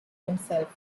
himself